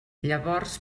llavors